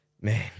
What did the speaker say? man